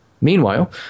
Meanwhile